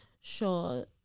sure